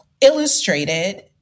Illustrated